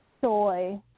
soy